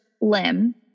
limb